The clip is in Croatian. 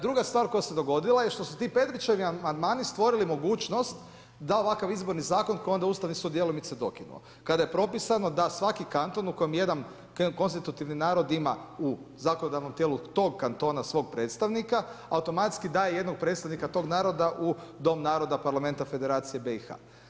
Druga stvar koja se dogodila je što su ti Petrićevi amandmani stvorili mogućnost da ovakav izborni zakon koje je onda Ustavni sud djelomice dokinuo, kada je propisano da svaki kanton u kojem jedan konstitutivni narod ima u zakonodavnom tijelu tog kantona svog predstavnika, automatski daje jednog predstavnika tog naroda u Dom naroda Parlamenta Federacija BiH.